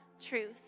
truth